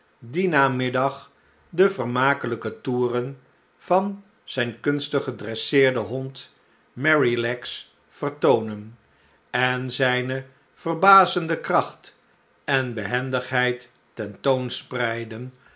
dien namiddag de vermakelijke toeren van zijn kunstig gedresseerden hond merrylegs vertoonen en zijne verbazende kracht en behendigheid